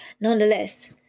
Nonetheless